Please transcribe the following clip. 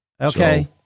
Okay